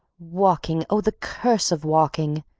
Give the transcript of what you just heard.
walking, oh, the curse of walking!